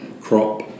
crop